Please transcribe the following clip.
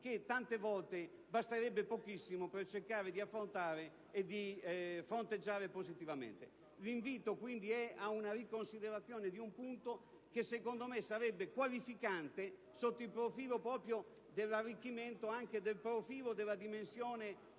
a volte, basterebbe pochissimo per cercare di operare positivamente. L'invito quindi è ad una riconsiderazione di una proposta che, secondo me, sarebbe qualificante sotto il profilo proprio dell'arricchimento del profilo, della dimensione,